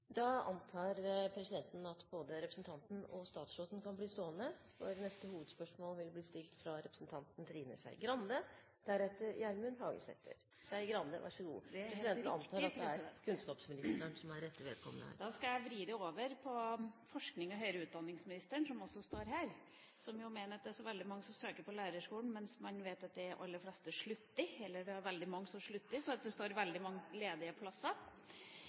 neste hovedspørsmål. Det er kunnskapsministeren som er rette vedkommende til å svare her. Det er helt riktig. Da skal jeg vri det over på forsknings- og høyere utdanningsministeren, som står her, som mener at det er så veldig mange som søker lærerskolen, mens man vet at de aller fleste, eller veldig mange, slutter. Nei, nå får det være nok! Derfor står det mange ledige plasser,